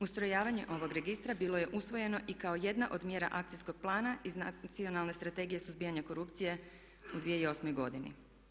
Ustrojavanje ovog registra bilo je usvojeno i kao jedna od mjera akcijskog plana iz Nacionalne strategije suzbijanja korupcije u 2008. godini.